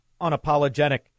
unapologetic